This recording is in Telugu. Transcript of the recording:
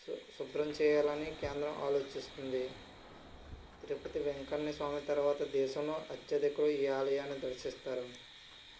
సు శుభ్రం చేయాలని కేంద్రం ఆలోచిస్తుంది తిరుపతి వెంకన్న స్వామి తర్వాత దేశంలో అధికులు ఈ ఆలయాన్ని దర్శిస్తారు